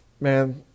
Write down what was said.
man